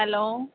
hello